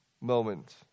moment